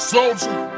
Soldier